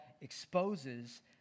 exposes